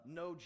no